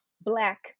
black